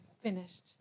finished